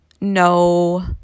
no